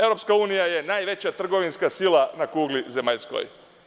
Evropska unija je najveća trgovinska sila na kugli zemaljskoj.